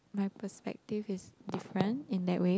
my perspective is different in that way